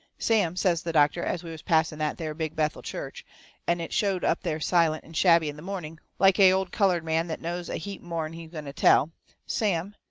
sam, says the doctor, as we was passing that there big bethel church and it showed up there silent and shabby in the morning, like a old coloured man that knows a heap more'n he's going to tell sam,